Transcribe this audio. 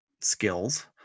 skills